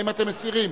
האם אתם מסירים